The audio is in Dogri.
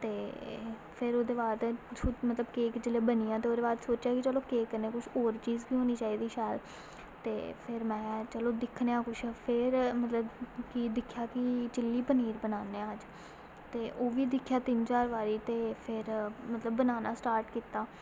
ते फिर ओह्दे बाद मतलब केक जोल्लै बनी आ ते ओह्दे बाद सोचेआ की चलो केक कन्नै कुछ होर चीज़ बी होनी चाहिदी शैल ते फिर में चलो दिक्खने आं कुछ फिर मतलब की दिक्खेआ की चिली पनीर बनाने आं अज्ज ते ओह्बी दिक्खेआ तीन चार बारी ते फिर मतलब बनाना स्टार्ट कीता